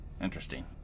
Interesting